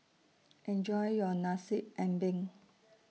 Enjoy your Nasi Ambeng